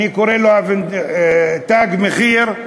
אני קורא לו "תג מחיר",